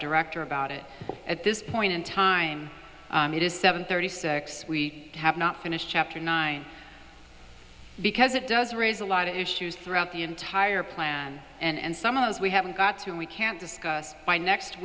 director about it at this point in time it is seven thirty six we have not finished chapter nine because it does raise a lot of issues throughout the entire plan and some of those we haven't got to and we can't discuss by next